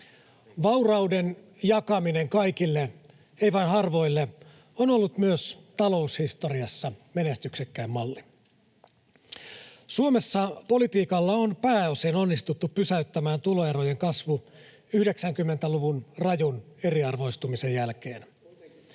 Vaurauden jakaminen kaikille, ei vain harvoille, on ollut myös taloushistoriassa menestyksekkäin malli. Suomessa politiikalla on pääosin onnistuttu pysäyttämään tuloerojen kasvu 90-luvun rajun eriarvoistumisen jälkeen.